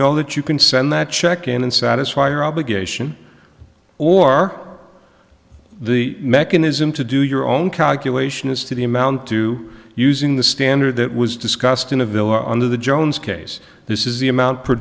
know that you can send that check in and satisfy your obligation or the mechanism to do your own calculation as to the amount to using the standard that was discussed in a villa under the jones case this is the amount